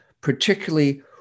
particularly